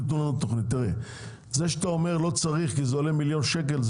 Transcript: זה שאתה אומר לא צריך כי זה עולה מיליון שקלים,